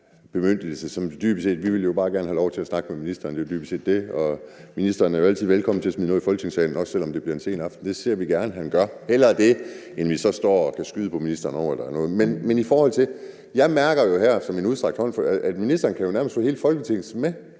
bemyndigelse er dybest set, at vi bare gerne vil have lov til at snakke med ministeren. Det er dybest set det. Ministeren er jo altid velkommen til at smide noget ind i Folketingssalen, også selv om det bliver en sen aften. Det ser vi gerne at han gør – hellere det, end at vi så står og kan skyde på ministeren over noget. Jeg mærker jo her, at der er en udstrakt hånd. Ministeren kan jo nærmest få hele Folketinget med,